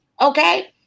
Okay